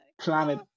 planet